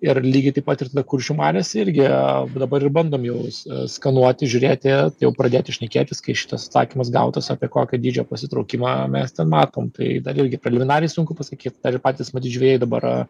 ir lygiai taip pat ir kuršių marios irgi dabar ir bandom jau skaluoti žiūrėti jau pradėti šnekėtis kai šitas atsakymas gautas apie kokio dydžio pasitraukimą mes ten matom tai irgi preliminariai sunku pasakyt dar ir patys žvejai dabar